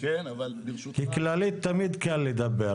כי כללית תמיד קל לדבר,